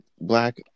black